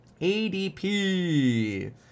ADP